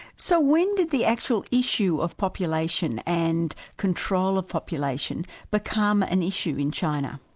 so when did the actual issue of population and control of population become an issue in china?